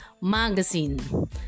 magazine